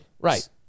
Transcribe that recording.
Right